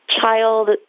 child